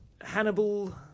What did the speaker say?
Hannibal